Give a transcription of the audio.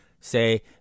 say